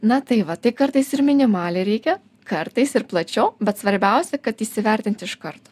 na tai va tai kartais ir minimaliai reikia kartais ir plačiau bet svarbiausia kad įsivertint iš karto